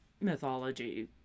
mythology